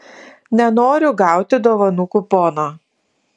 nenoriu gauti dovanų kupono